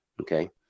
okay